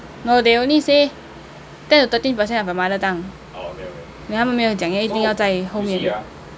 no they only say ten to thirteen percent of your mother tongue 他没有讲一定要在后面